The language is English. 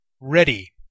Ready